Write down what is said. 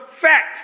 fact